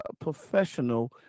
professional